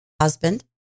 husband